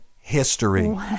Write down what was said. history